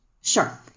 sure